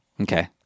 Okay